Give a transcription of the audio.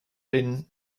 been